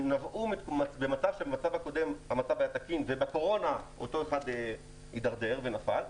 כשהמצב הקודם היה תקין ובקורונה אותו אחד הידרדר ונפל.